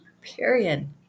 period